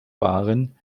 waren